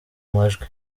majwi